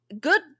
Good